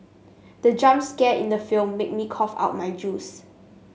the jump scare in the film made me cough out my juice